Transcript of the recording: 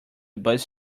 bus